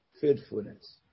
faithfulness